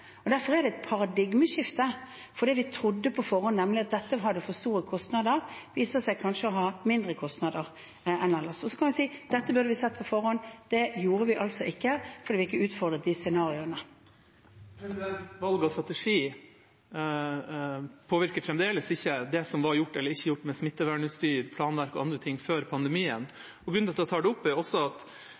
Derfor er det et paradigmeskifte, for det vi trodde på forhånd, var nemlig at dette hadde for store kostnader, men det viser seg kanskje å ha mindre kostnader enn ellers. Så kan vi si at dette burde vi sett på forhånd. Det gjorde vi altså ikke, fordi vi ikke utfordret de scenarioene. Valg av strategi påvirker fremdeles ikke det som var gjort eller ikke gjort med smittevernutstyr, planverk og andre ting før pandemien. Grunnen til at jeg tar det opp, er også at